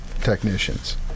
technicians